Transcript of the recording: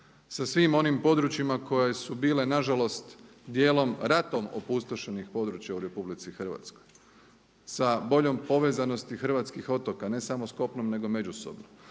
sa svim onim područjima koje su bile nažalost dijelom ratom opustošenih područja u RH, sa boljom povezanosti hrvatskih otoka, ne samo s kopnom nego i međusobno.